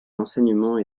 enseignement